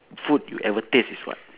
food you ever taste is what